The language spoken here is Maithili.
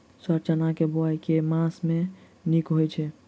सर चना केँ बोवाई केँ मास मे नीक होइ छैय?